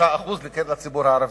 39% לציבור הערבי,